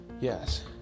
Yes